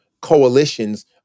coalitions